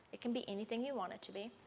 it can be anything you wanted to be.